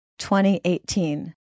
2018